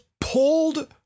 pulled